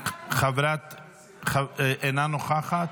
אינה נוכחת.